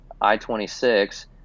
I-26